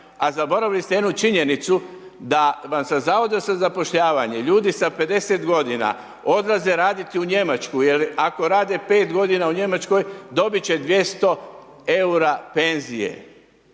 a zaboravili ste jednu činjenicu da vam se Zavoda za zapošljavanje ljudi sa 50 g. odlaze raditi u Njemačku jer ako rade 5 g. u Njemačkoj, dobit će 200 eura penzije.